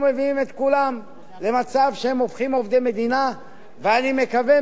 ואני מקווה מאוד שלא ניקלע לקשיים של יישום,